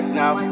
now